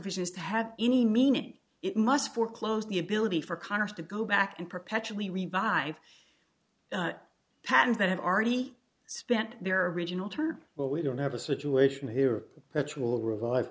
business have any meaning it must foreclose the ability for congress to go back and perpetually revive patterns that have already spent their original term but we don't have a situation here that's will revive